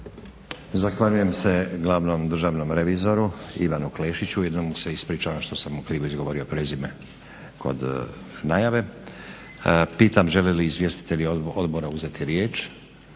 Zahvaljujem se glavnom državnom revizoru, Ivanu Klesiću i ujedno mu se ispričavam što sam mu krivo izgovorio prezime kod najave. Pitam žele li izvjestitelji Odbora uzeti riječ?